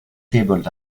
tabled